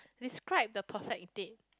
describe the perfect date